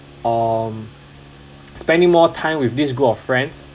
um spending more time with this group of friends